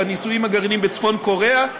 בניסויים הגרעיניים בצפון-קוריאה.